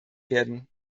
werden